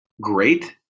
great